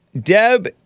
Deb